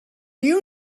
you